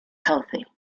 healthy